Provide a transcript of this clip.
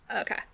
Okay